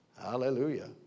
Hallelujah